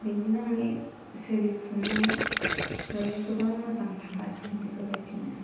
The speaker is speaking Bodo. बिदिनो आंनि सोलिफुनाय माबाया गोबां मोजां थांगासिनो आरो बेबादिनो